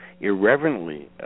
irreverently